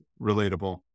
relatable